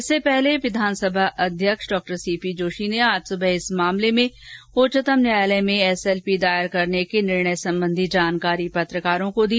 इससे पहले विधानसभा अध्यक्ष डॉ सी जोशी ने आज सुबह इस मामले में उच्चतम न्यायालय में एसएलपी दायर करने के निर्णय सम्बन्धी जानकारी पत्रकारों को दी